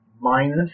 minus